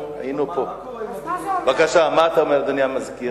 אדוני היושב-ראש, למה לא נמשך הדיון?